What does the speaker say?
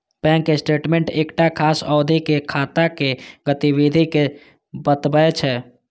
bank statement एकटा खास अवधि मे खाताक गतिविधि कें बतबै छै